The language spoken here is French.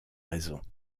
raisons